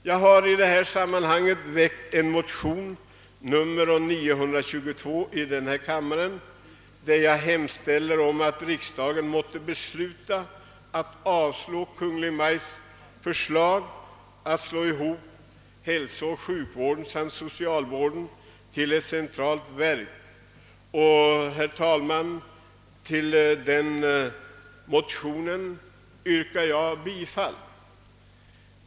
Jag har i det här sammanhanget väckt en motion, II: 922, i vilken jag hemställer att riksdagen måtte besluta avslå Kungl. Maj:ts förslag att slå ihop hälsooch sjukvården samt socialvården till ett centralt verk. Jag yrkar bifall till denna motion.